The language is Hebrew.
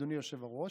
ואדוני היושב-ראש,